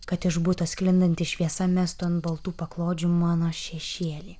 kad iš buto sklindanti šviesa mestų ant baltų paklodžių mano šešėlį